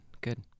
good